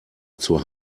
zur